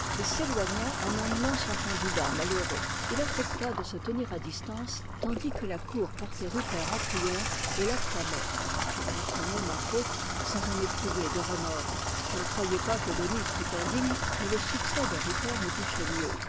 et s'éloigna en emmenant son candidat malheureux il affecta de se tenir à distance tandis que la cour portait rupert en triomphe et l'acclamait je comprenais ma faute sans en éprouver de remords je ne croyais pas que daunis fût indigne mais le succès de rupert me touchait mieux